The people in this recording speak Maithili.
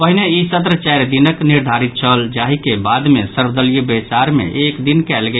पहिने इ सत्र चारि दिनक निर्धारित छल जाहि के बाद मे सर्वदलीय बैसार मे एक दिन कयल गेल